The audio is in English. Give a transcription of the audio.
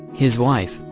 his wife,